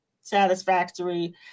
satisfactory